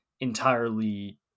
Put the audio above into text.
entirely